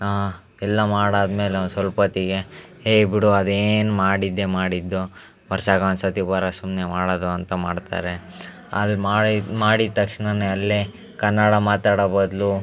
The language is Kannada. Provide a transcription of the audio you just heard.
ಎಲ್ಲ ಮಾಡಾದ ಮೇಲೆ ಒಂದು ಸ್ವಲ್ಪೊತ್ತಿಗೆ ಏಯ್ ಬಿಡು ಅದೇನು ಮಾಡಿದ್ದೇ ಮಾಡಿದ್ದು ವರ್ಷಾಗೆ ಒಂದು ಸರ್ತಿ ಬರದು ಸುಮ್ಮನೆ ಮಾಡೋದು ಅಂತ ಮಾಡ್ತಾರೆ ಆದರೆ ಮಾಡಿ ಮಾಡಿದ ತಕ್ಷಣನೆ ಅಲ್ಲೇ ಕನ್ನಡ ಮಾತಾಡೋ ಬದಲು